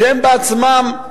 כשהם בעצמם,